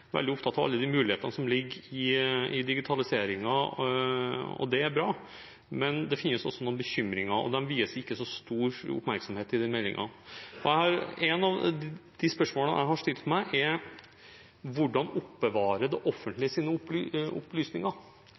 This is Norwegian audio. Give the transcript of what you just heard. innlegg veldig opptatt av alle mulighetene som ligger i digitaliseringen. Det er bra, men det finnes også noen bekymringer, og dem vies ikke så stor oppmerksomhet i meldingen. Et spørsmål jeg har stilt meg, er: Hvordan oppbevarer det offentlige sine opplysninger?